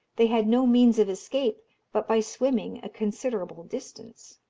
they had no means of escape but by swimming a considerable distance.